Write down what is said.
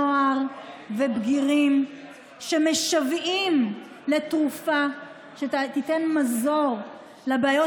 נוער ובגירים שמשוועים לתרופה שתיתן מזור לבעיות